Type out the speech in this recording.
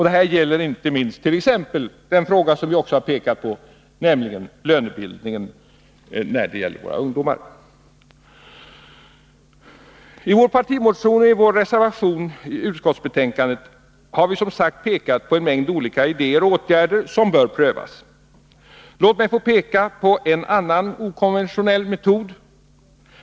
Det gäller inte minst en annan fråga, som jag också har pekat på, nämligen lönebildningen när det gäller våra ungdomar. I vår partimotion och i vår reservation i utskottsbetänkandet har vi pekat på en mängd olika idéer och åtgärder som bör prövas. Låt mig få peka på en annan okonventionell metod.